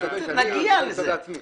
נגיע לזה.